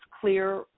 clear